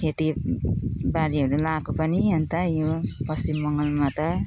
खेतीबारीहरू लाएको पनि अनि त यो पश्चिम बङ्गालमा त